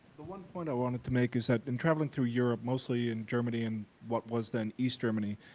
the one point i wanted to make is that in traveling through europe, mostly in germany and what was then east germany,